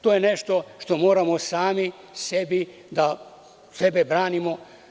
To je nešto što moramo sami sebi da sebe branimo.